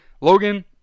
Logan